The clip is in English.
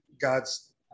God's